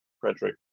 Frederick